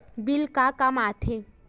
Bill का काम आ थे?